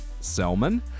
Selman